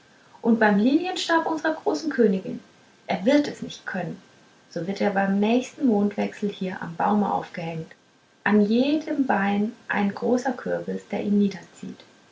und beim lilienstab unserer großen königin er wird es nicht können so wird er beim nächsten mondwechsel hier am baume aufgehängt an jedem beine ein großer kürbis der ihn niederzieht